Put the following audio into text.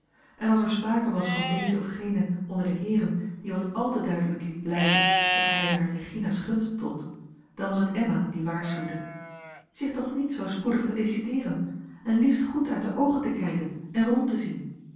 en als er sprake was van dezen of genen onder de heeren die wat al te duidelijk liet blijken dat hij naar regina's gunst stond dan was het emma die waarschuwde zich toch niet zoo spoedig te decideeren en liefst goed uit de oogen te kijken en rond te zien